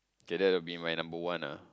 okay that would be my number one ah